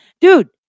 dude